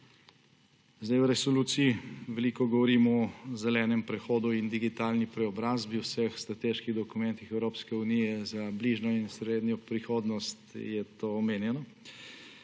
V resoluciji veliko govorimo o zelenem prehodu in digitalni preobrazbi, v vseh strateških dokumentih Evropske unije za bližnjo in srednjo prihodnost je to omenjeno